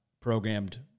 programmed